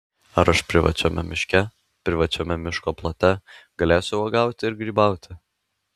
ar aš privačiame miške privačiame miško plote galėsiu uogauti ir grybauti